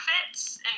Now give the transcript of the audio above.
outfits